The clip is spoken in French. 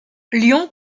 lyon